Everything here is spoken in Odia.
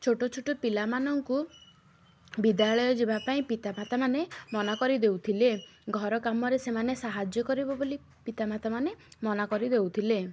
ଛୋଟ ଛୋଟ ପିଲାମାନଙ୍କୁ ବିଦ୍ୟାଳୟ ଯିବା ପାଇଁ ପିତାମାତା ମାନେ ମନା କରି ଦେଉଥିଲେ ଘର କାମରେ ସେମାନେ ସାହାଯ୍ୟ କରିବ ବୋଲି ପିତାମାତା ମାନେ ମନା କରିଦେଉଥିଲେ